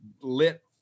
lit